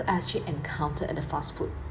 actually encounter at the fast food